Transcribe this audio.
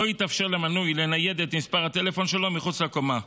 לא יתאפשר למנוי לנייד את מספר הטלפון שלו מחוץ לקומה,